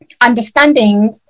understanding